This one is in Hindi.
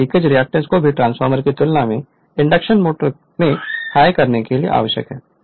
मैग्नेटिक सर्किट में एयर गैप की उपस्थिति के कारण यह इंडक्शन मोटर की अंतर्निहित समस्या है